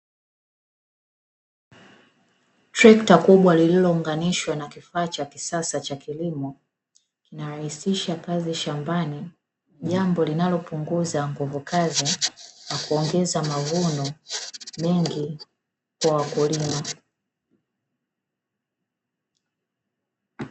Trekta kubwa lililounganishwa na kifaa cha kisasa cha kilimo, linarahisisha kazi shambani jambo linalopunguza nguvu kazi na kuongeza mavuno mengi kwa wakulima.